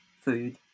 food